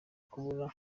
kubura